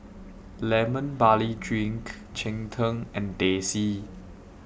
Lemon Barley Drink Cheng Tng and Teh C